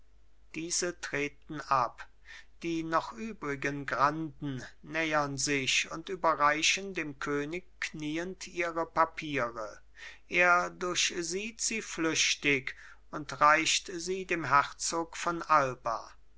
diese treten ab die noch übrigen granden nähern sich und überreichen dem könig kniend ihre papiere er durchsieht sie flüchtig und reicht sie dem herzog von alba